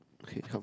okay come